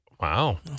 wow